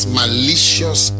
malicious